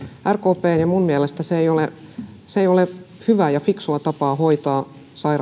rkpn mielestä ja minun mielestäni se ei ole hyvää ja fiksua tapaa hoitaa